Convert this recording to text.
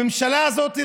הממשלה הזאת,